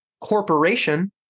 corporation